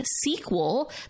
sequel